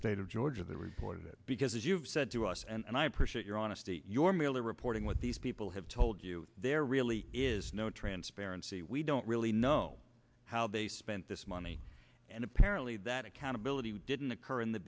state of georgia they reported it because as you've said to us and i appreciate your honesty your merely reporting what these people have told you there really is no transparency we don't really know how they spent this money and apparently that accountability didn't occur in the